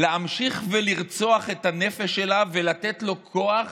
להמשיך ולרצוח את הנפש שלה ולתת לו כוח